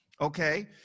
okay